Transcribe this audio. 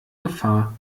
gefahr